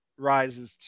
rises